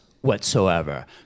whatsoever